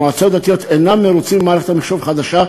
מועצות דתיות אינם מרוצים ממערכת המחשוב החדשה,